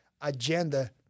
agenda